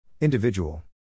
Individual